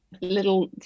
little